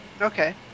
Okay